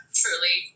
truly